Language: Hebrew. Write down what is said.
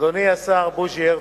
אדוני השר, בוז'י הרצוג,